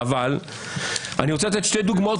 אני רוצה לתת שתי דוגמאות.